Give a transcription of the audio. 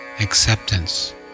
acceptance